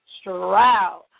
Stroud